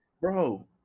Bro